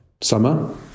summer